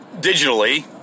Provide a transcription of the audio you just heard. digitally